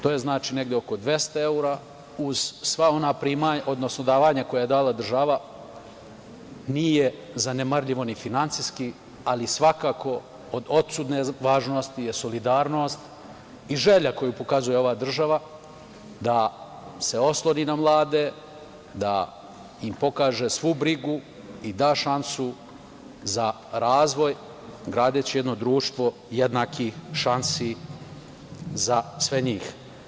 To je znači negde oko dvesta evra uz sva ona primanja, odnosno davanja koje je dala država, a nije zanemarljivo ni finansijski, ali svakako od odsutne važnosti je solidarnost i želja koju pokazuje ova država da se osloni na mlade, da im pokaže svu brigu i da šansu za razvoj, gradeći jedno društvo jednakih šansi za sve njih.